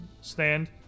stand